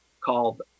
called